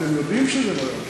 אתם יודעים שזה לא יעבור.